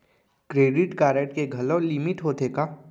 Credit card के घलव limit होथे का?